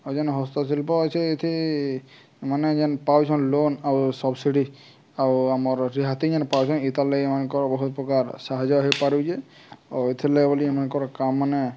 ଆଉ ଯେନ୍ ହସ୍ତଶିଳ୍ପ ଅଛି ଏଥି ମାନେ ଯେନ୍ ପାଉଛନ୍ ଲୋନ୍ ଆଉ ସବ୍ସିଡ଼ି ଆଉ ଆମର ରିହାତି ଯେନ୍ ପାଉଛନ୍ ଏଇତାରଲାଗି ଏମାନଙ୍କର ବହୁତ ପ୍ରକାର ସାହାଯ୍ୟ ହେଇପାରୁଚେ ଆଉ ଏଥିର ଲାଗି ବୋଲି ଏମାନଙ୍କର କାମ ମାନେ